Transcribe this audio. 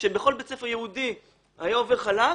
מה שבכל בית ספר יהודי היה עובר חלק,